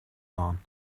done